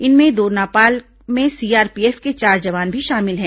इनमें दोरनापाल में सीआरपीएफ के चार जवान भी शामिल हैं